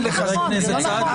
זה לא נכון.